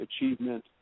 achievement